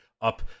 up